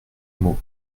mot